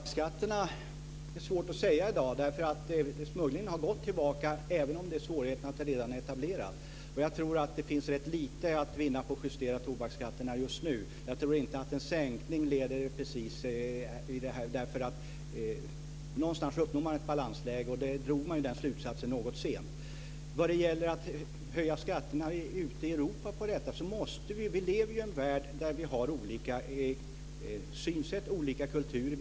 Fru talman! Det är svårt att säga hur det ska vara med tobaksskatterna i dag. Smugglingen har gått tillbaka, även om svårigheten finns att den redan är etablerad. Jag tror att det finns rätt lite att vinna på att justera tobaksskatterna just nu. Jag tror inte att en sänkning leder framåt. Någonstans uppnår man ett balansläge. Den slutsatsen drog man något sent. Vad gäller att höja skatterna ute i Europa på alkohol lever vi i en värld där vi har olika synsätt och olika kultur.